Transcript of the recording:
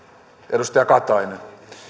edustaja katainen